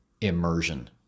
immersion